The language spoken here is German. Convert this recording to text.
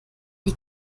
die